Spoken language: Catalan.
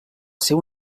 seu